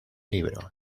libro